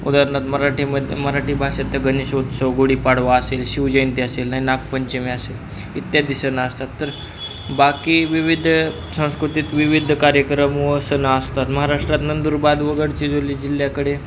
उदाहरणार्थ मराठीमध्ये मराठी भाषेत गणेशोत्सव गुढीपाडवा असेल शिवजयंती असेल नाही नागपंचमी असेल इत्यादी सण असतात तर बाकी विविध संस्कृतीत विविध कार्यक्रम व सण असतात महाराष्ट्रात नंदुरबार व गडचिरोली जिल्ह्याकडे